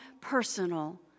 personal